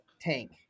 tank